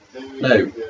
no